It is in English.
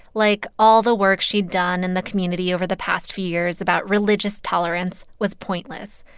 like all the work she'd done in the community over the past few years about religious tolerance was pointless.